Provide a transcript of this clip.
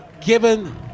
given